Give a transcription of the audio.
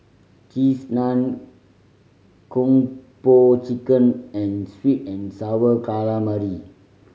Cheese Naan Kung Po Chicken and sweet and Sour Calamari